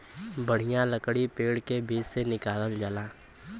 बढ़िया लकड़ी पेड़ के बीच से निकालल जाला